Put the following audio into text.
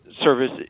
service